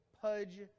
pudge